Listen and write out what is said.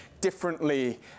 differently